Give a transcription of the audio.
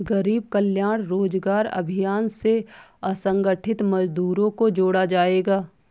गरीब कल्याण रोजगार अभियान से असंगठित मजदूरों को जोड़ा जायेगा